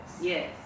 Yes